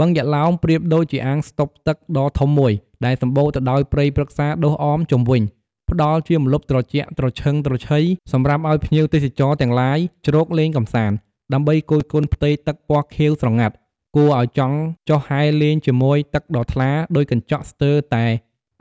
បឹងយក្សឡោម ប្រៀបដូចជាអាងស្តុបទឹកដ៏ធំមួយ ដែលសម្បូរទៅដោយព្រៃព្រឹក្សាដុះអមជុំវិញ ផ្តល់ជាម្លប់ត្រជាក់ត្រឈឹងត្រឈៃ សម្រាប់ឱ្យភ្ញៀវទេសចរទាំងឡាយ ជ្រកលេងកម្សាន្ត ដើម្បីគយគន់ផ្ទៃទឹកពណ៌ខៀវស្រងាត់ គួរឱ្យចង់ចុះហែលលេងជាមួយទឹកដ៏ថ្លាដូចកញ្ចក់ស្ទើរតែ